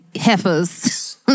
heifers